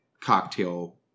cocktail